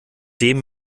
dem